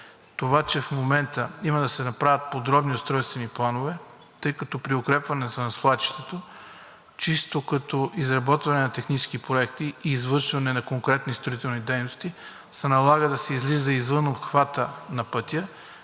Това, че в момента има да се направят подробни устройствени планове, тъй като при укрепването на свлачището, чисто като изработване на технически проекти и извършване на конкретни строителни дейности, се налага да се излиза извън обхвата на пътя